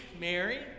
Mary